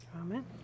Amen